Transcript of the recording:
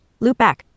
Loopback